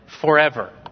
forever